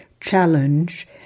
challenge